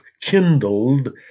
kindled